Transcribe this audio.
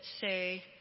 say